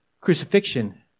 Crucifixion